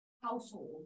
household